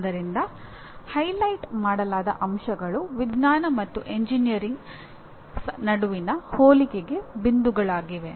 ಆದ್ದರಿಂದ ಹೈಲೈಟ್ ಮಾಡಲಾದ ಅಂಶಗಳು ವಿಜ್ಞಾನ ಮತ್ತು ಎಂಜಿನಿಯರಿಂಗ್ ನಡುವಿನ ಹೋಲಿಕೆಗೆ ಬಿಂದುಗಳಾಗಿವೆ